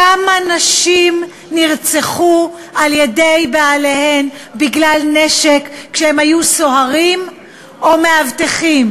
כמה נשים נרצחו על-ידי בעלים שהיו סוהרים או מאבטחים?